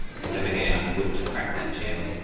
we'll never get enough wood to crack that, g. l,